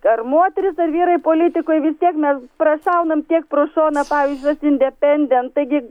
ar moterys ar vyrai politikoj vis tiek mes prašaunam tiek pro šoną pavyzdžiui independent taigi